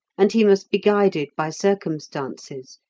and he must be guided by circumstances,